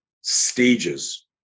stages